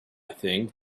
think